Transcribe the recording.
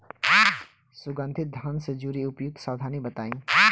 सुगंधित धान से जुड़ी उपयुक्त सावधानी बताई?